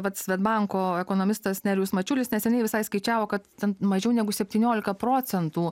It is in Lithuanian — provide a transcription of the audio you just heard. vat svedbanko ekonomistas nerijus mačiulis neseniai visai skaičiavo kad ten mažiau negu septyniolika procentų